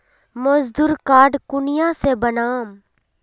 मजदूर कार्ड कुनियाँ से बनाम?